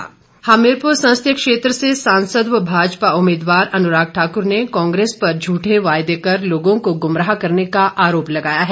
अनुराग हमीरपुर संसदीय क्षेत्र से सांसद व भाजपा उम्मीदवार अनुराग ठाक्र ने कांग्रेस पर झूठे वायदे कर लोगों को गुमराह करने का आरोप लगाया है